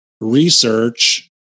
research